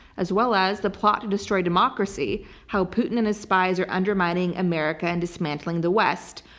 as well as the plot to destroy democracy how putin and his spies are undermining america and dismantling the west.